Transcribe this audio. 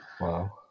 Wow